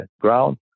ground